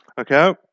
Okay